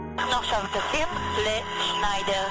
14:02 ונתחדשה בשעה 15:50.)